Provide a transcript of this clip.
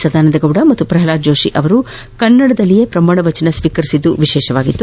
ಸದಾನಂದಗೌಡ ಹಾಗೂ ಪ್ರಲ್ವಾದ್ ಜೋಶಿ ಅವರು ಕನ್ನಡದಲ್ಲಿಯೇ ಪ್ರಮಾಣ ವಚನ ಸ್ವೀಕರಿಸಿದ್ದು ವಿಶೇಷವಾಗಿತ್ತು